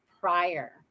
prior